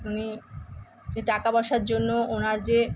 উনি এই টাকাপয়সার জন্য ওনার যে